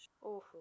Awful